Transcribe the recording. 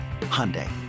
Hyundai